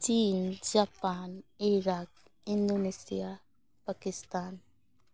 China Japan Iraq Indonesia Pakistan